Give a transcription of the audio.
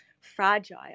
fragile